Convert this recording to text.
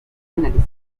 análisis